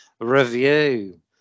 Review